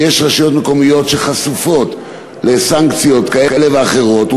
ויש רשויות מקומיות שחשופות לסנקציות כאלה ואחרות,